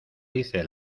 dice